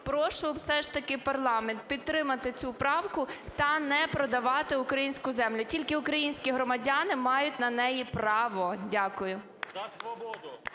Прошу все ж таки парламент підтримати цю правку та не продавати українську землю. Тільки українські громадяни мають на неї право. Дякую.